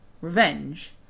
revenge